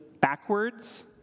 backwards